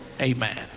Amen